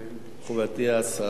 מכובדתי השרה,